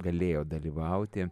galėjo dalyvauti